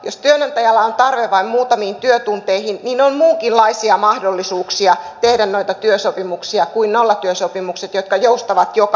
jos työnantajalla on tarve vain muutamiin työtunteihin niin on muunkinlaisia mahdollisuuksia tehdä noita työsopimuksia kuin nollatyösopimukset jotka joustavat joka suuntaan